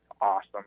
awesome